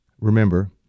Remember